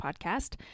podcast